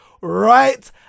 right